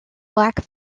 black